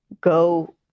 go